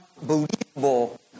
unbelievable